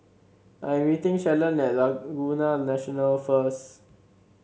I am meeting Shalon at Laguna National first